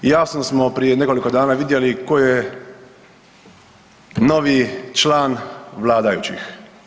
Jasno smo prije nekoliko dana vidjeli ko je novi član vladajućih.